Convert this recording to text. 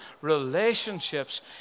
relationships